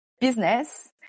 business